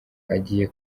agiye